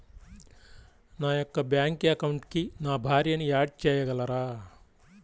నా యొక్క బ్యాంక్ అకౌంట్కి నా భార్యని యాడ్ చేయగలరా?